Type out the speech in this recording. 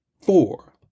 four